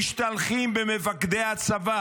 ומשתלחים במפקדי הצבא